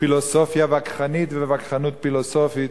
בפילוסופיה וכחנית ובווכחנות פילוסופית,